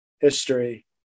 history